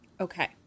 Okay